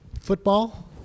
football